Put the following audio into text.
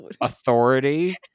authority